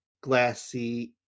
glassy